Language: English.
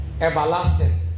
everlasting